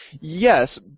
Yes